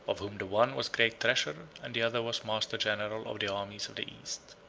of whom the one was great treasurer, and the other was master-general of the armies of the east.